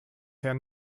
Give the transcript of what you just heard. herrn